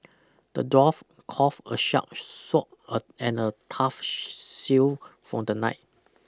the dwarf crafted a shark sword and a tough shield for the knight